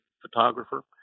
photographer